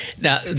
Now